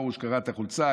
פרוש קרע את החולצה,